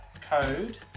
code